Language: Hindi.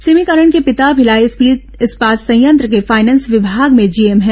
सिमी करण के पिता भिलाई इस्पात संयंत्र के फाइनेंस विभाग में जीएम है